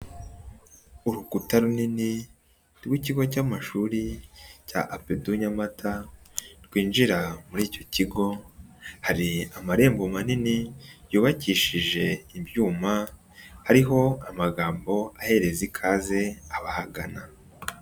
Urukuta runini rw'ikigo cy'amashuri cya APEDU Nyamata rwinjira muri icyo kigo hari amarembo manini yubakishije ibyuma ariho amagambo ahereza ikaze abahagana.